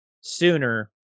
sooner